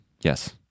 yes